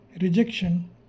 rejection